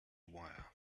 wire